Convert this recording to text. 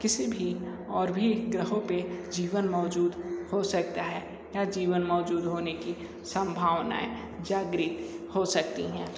किसी भी और भी ग्रहों पे जीवन मौजूद हो सकता है या जीवन मौजूद होने की संभावनाएं जागृत हो सकती हैं